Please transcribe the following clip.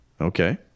Okay